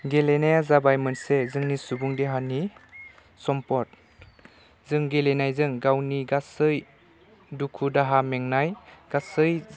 गेलेनाया जाबाय मोनसे जोंनि सुबुं देहानि सम्पद जों गेलेनायजों गावनि गासै दुखु दाहा मेंनाय गासै